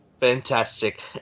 Fantastic